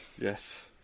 Yes